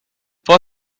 for